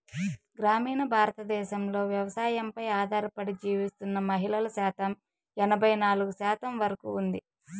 గ్రామీణ భారతదేశంలో వ్యవసాయంపై ఆధారపడి జీవిస్తున్న మహిళల శాతం ఎనబై నాలుగు శాతం వరకు ఉంది